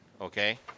okay